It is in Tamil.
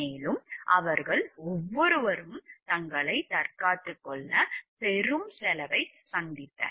மேலும் அவர்கள் ஒவ்வொருவரும் தங்களைத் தற்காத்துக் கொள்ள பெரும் செலவைச் சந்தித்தனர்